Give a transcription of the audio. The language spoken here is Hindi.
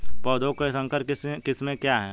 पौधों की संकर किस्में क्या हैं?